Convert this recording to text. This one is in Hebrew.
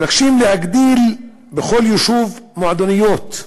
מבקשים להגדיל בכל יישוב מועדוניות: